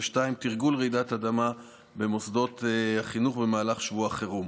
2. תרגול רעידת אדמה במוסדות החינוך במהלך שבוע החירום.